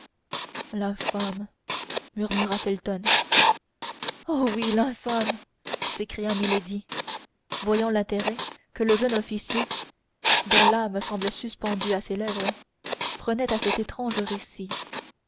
l'infâme murmura felton oh oui l'infâme s'écria milady voyant l'intérêt que le jeune officier dont l'âme semblait suspendue à ses lèvres prenait à cet étrange récit